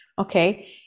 Okay